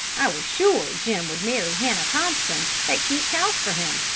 i was sure jim would marry hannah thompson that keeps house for him.